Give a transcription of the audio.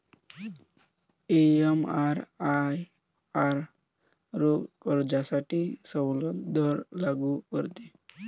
एमआरआयआर रोख कर्जासाठी सवलत दर लागू करते